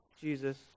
Jesus